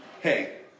hey